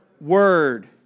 Word